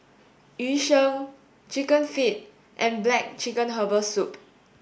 Yu Sheng chicken feet and black chicken herbal soup